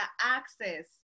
access